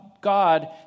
God